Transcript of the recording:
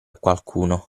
qualcuno